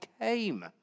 came